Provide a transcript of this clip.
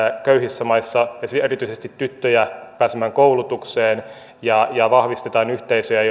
köyhissä maissa erityisesti tyttöjä pääsemään koulutukseen ja ja vahvistetaan yhteisöjä